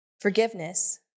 forgiveness